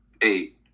eight